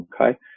okay